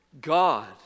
God